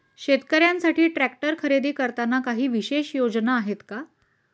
शेतकऱ्यांसाठी ट्रॅक्टर खरेदी करताना काही विशेष योजना आहेत का?